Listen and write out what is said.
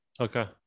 Okay